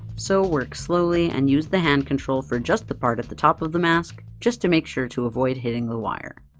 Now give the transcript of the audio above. so work slowly and use the hand control for just the part at the top of the mask, just to make sure to avoid hitting the wire.